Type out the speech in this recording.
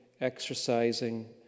exercising